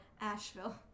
Asheville